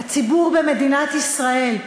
הציבור במדינת ישראל: